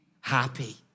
happy